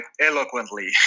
eloquently